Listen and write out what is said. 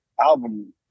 album